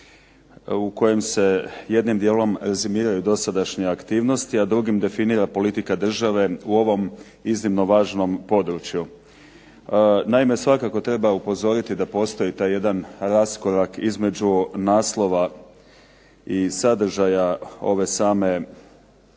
u kojem se jednim dijelom rezimiraju dosadašnje aktivnosti a drugi definira politika države u ovom iznimno važnom području. Naime, svakako treba upozoriti da postoji taj jedan raskorak između naslova ovog samog